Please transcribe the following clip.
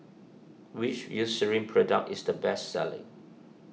which Eucerin product is the best selling